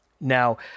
Now